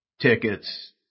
tickets